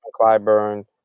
Clyburn